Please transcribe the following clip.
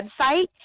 website